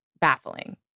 baffling